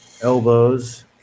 elbows